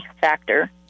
factor